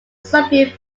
soviet